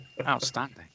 Outstanding